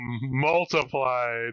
multiplied